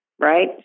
right